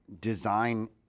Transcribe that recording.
design